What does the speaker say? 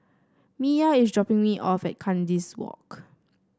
Miya is dropping me off at Kandis Walk